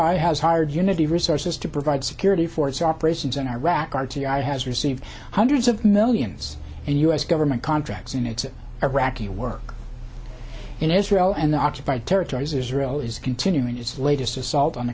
i has hired unity resources to provide security for its operations in iraq r t i has received hundreds of millions and u s government contracts in its iraqi work in israel and the occupied territories israel is continuing its latest assault on the